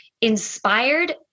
inspired